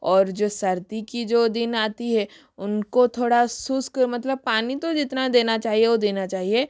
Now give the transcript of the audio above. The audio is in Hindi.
और जो सर्दी की जो दिन आती हे उनको थोरा सोच के मतलब पानी तो जितना देना चाहिए वो देना चाहिए